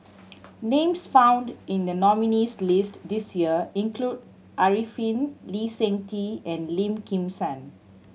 names found in the nominees' list this year include Arifin Lee Seng Tee and Lim Kim San